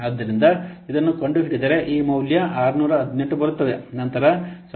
ಆದ್ದರಿಂದ ಇದನ್ನು ಕಂಡುಹಿಡಿದರೆ ಈ ಮೌಲ್ಯ 618 ಬರುತ್ತದೆ